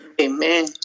Amen